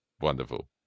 Wonderful